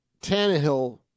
Tannehill